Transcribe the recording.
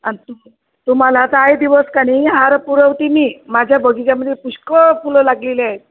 आणि तु तुम्हाला आता आई दिवस का नाही हार पुरवते मी माझ्या बगिचामध्ये पुष्कळ फुलं लागलेली आहे